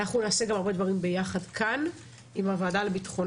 אנחנו נעשה גם הרבה דברים יחד כאן עם הוועדה לביטחון